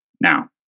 Now